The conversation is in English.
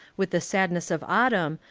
with the sadness of au tumn,